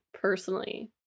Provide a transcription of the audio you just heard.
personally